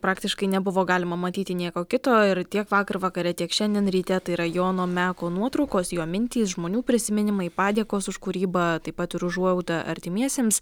praktiškai nebuvo galima matyti nieko kito ir tiek vakar vakare tiek šiandien ryte tai yra jono meko nuotraukos jo mintys žmonių prisiminimai padėkos už kūrybą taip pat ir užuojauta artimiesiems